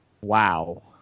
Wow